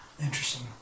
Interesting